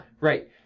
Right